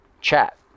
Chat